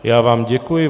Já vám děkuji.